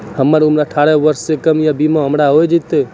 हमर उम्र अठारह वर्ष से कम या बीमा हमर हो जायत?